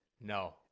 No